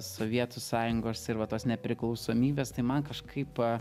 sovietų sąjungos ir va tos nepriklausomybės tai man kažkaip